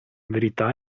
verità